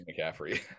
McCaffrey